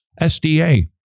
SDA